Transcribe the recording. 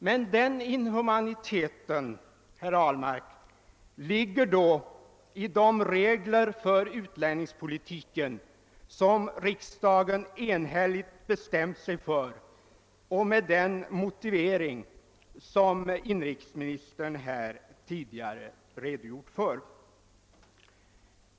Men den inhumaniteten, herr Ahlmark, ligger dock i de regler för utlänningspolitiken som riksdagen enhälligt bestämt sig för och med den motivering som inrikesministern här tidigare redogjort för.